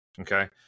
Okay